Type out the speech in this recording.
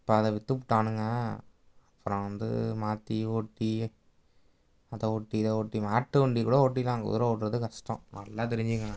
இப்போ அதை விற்றுப்புட்டானுங்க இப்போ நான் வந்து மாற்றி ஓட்டி அதை ஓட்டி இதை ஓட்டி மாட்டு வண்டி கூட ஓட்டிடலாம் குதிரை ஓட்டுறது கஷ்டம் நல்லா தெரிஞ்சுக்குங்க